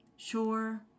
Sure